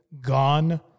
Gone